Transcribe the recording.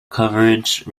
coverage